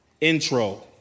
intro